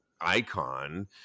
icon